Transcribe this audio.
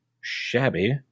shabby